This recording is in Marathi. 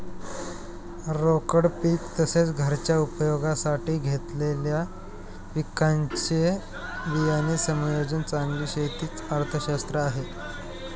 रोकड पीक तसेच, घरच्या उपयोगासाठी घेतलेल्या पिकांचे बियाणे समायोजन चांगली शेती च अर्थशास्त्र आहे